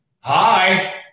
Hi